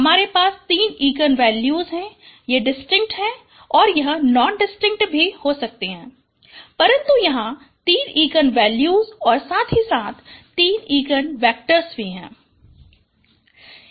हमारे पास तीन इगन वैल्यूज हैं ये डिस्टिंक है और यह नॉन डिस्टिंक भी हो सकती हैं परन्तु यहाँ तीन इगन वैल्यूज और साथ ही तीन इगन वेक्टर भी हैं